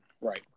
Right